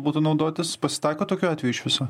būtų naudotis pasitaiko tokių atvejų iš viso